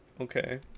Okay